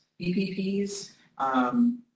BPPs